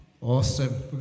Awesome